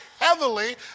heavily